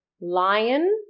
lion